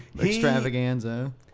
extravaganza